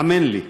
האמן לי.